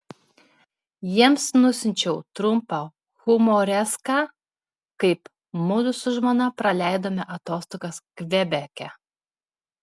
jiems nusiunčiau trumpą humoreską kaip mudu su žmona praleidome atostogas kvebeke